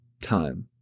time